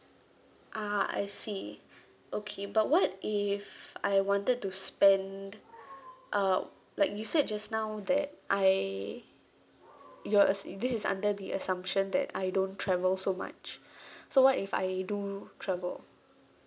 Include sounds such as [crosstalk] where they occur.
ah I see okay but what if I wanted to spend uh like you said just now that I your assu~ this is under the assumption that I don't travel so much [breath] so what if I do travel